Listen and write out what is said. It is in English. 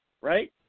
right